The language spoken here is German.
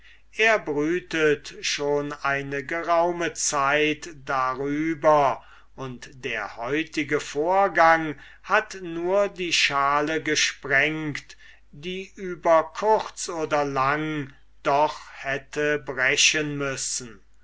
er brütet schon eine geraume zeit darüber und der heutige vorgang hat nur die schale gesprengt die über kurz oder lang doch hätte brechen müssen